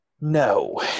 No